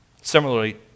Similarly